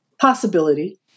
possibility